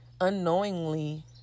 unknowingly